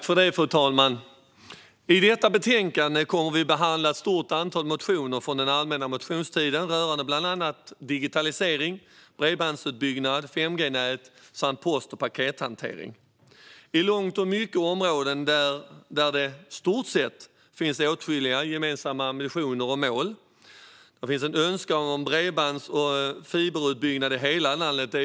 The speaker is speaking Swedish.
Fru talman! I detta betänkande kommer vi att behandla ett stort antal motioner från den allmänna motionstiden rörande bland annat digitalisering, bredbandsutbyggnad, 5G-nät samt post och pakethantering. Det är i mångt och mycket områden där det finns åtskilliga gemensamma ambitioner och mål. Det är få av oss här i riksdagen som är emot en bredbands och fiberutbyggnad i hela landet.